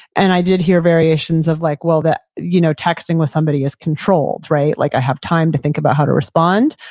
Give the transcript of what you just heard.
and i did hear variations of like, well, you know texting with somebody is controlled, right? like, i have time to think about how to respond.